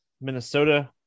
Minnesota